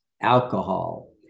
alcohol